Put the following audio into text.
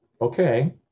okay